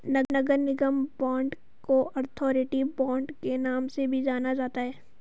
नगर निगम बांड को authority bond के नाम से भी जाना जाता है